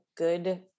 good